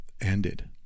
ended